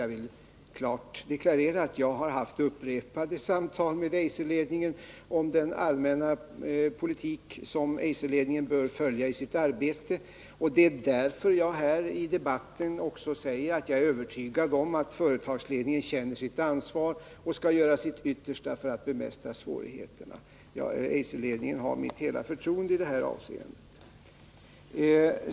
Jag vill klart deklarera att jag haft upprepade samtal med Eiserledningen om den allmänna politik som Eiserledningen bör följa i sitt arbete. Det är också därför som jag här i debatten säger att jag är övertygad om att företagsled ningen känner sitt ansvar och skall göra sitt yttersta för att bemästra svårigheterna. Eiserledningen har mitt hela förtroende i det här avseendet.